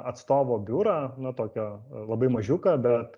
atstovo biurą na tokio labai mažiuką bet